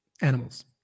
animals